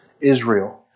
Israel